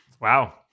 Wow